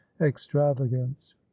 extravagance